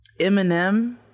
Eminem